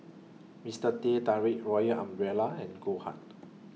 Mister Teh Tarik Royal Umbrella and Goldheart